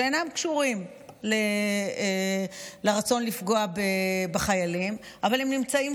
שאינם קשורים לרצון לפגוע בחיילים אבל הם נמצאים